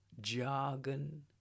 jargon